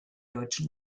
deutschen